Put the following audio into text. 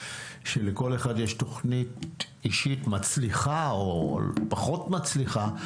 שלכל אחד יש תוכנית אישית מצליחה או פחות מצליחה,